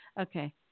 okay